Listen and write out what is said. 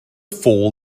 fall